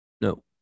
No